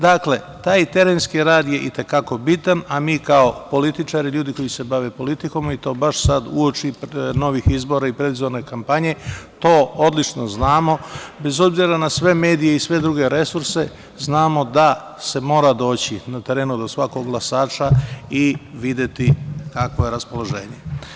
Dakle, taj terenski rad je i te kako bitan, a mi kao političari, ljudi koji se bave politikom i to baš uoči novih izbora i bez one kampanje, to odlično znamo, bez obzira na sve medije i sve druge resurse, znamo da se mora doći na teren do svakog glasača i videti kakvo je raspoloženje.